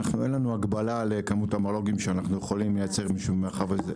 אין לנו הגבלה על כמות המרלו"גים שאנחנו יכולים לייצר במרחב הזה.